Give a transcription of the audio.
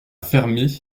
fermé